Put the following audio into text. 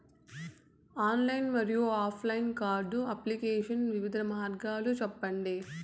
Online మరియు offline card application వివిధ మార్గాలు సెప్పండి?